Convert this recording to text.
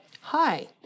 Hi